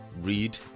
read